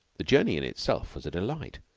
the journey in itself was a delight.